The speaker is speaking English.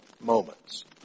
moments